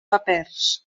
papers